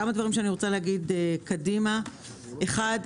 לגבי קדימה - אחת,